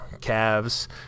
calves